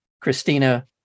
Christina